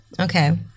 okay